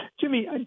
Jimmy